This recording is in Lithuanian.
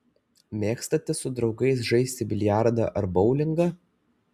mėgstate su draugais žaisti biliardą ar boulingą